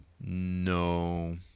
No